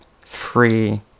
free